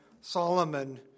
Solomon